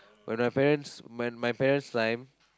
when my parents when my parents time